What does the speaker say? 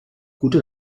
gute